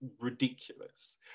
ridiculous